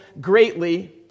greatly